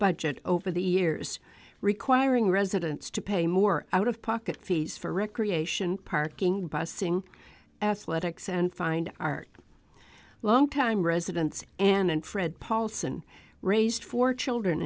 budget over the years requiring residents to pay more out of pocket fees for recreation parking busing athletics and find our longtime residents and fred paulson raised four children